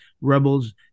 Rebels